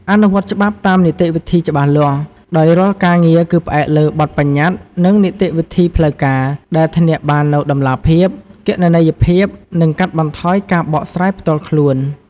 អនុវត្តច្បាប់តាមនីតិវិធីច្បាស់លាស់ ដោយរាល់ការងារគឺផ្អែកលើ បទប្បញ្ញត្តិ និងនីតិវិធីផ្លូវការ ដែលធានាបាននូវតម្លាភាព គណនេយ្យភាព និងកាត់បន្ថយការបកស្រាយផ្ទាល់ខ្លួន។